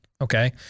Okay